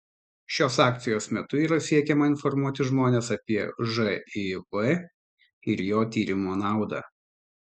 šios akcijos metu yra siekiama informuoti žmones apie živ ir jo tyrimo naudą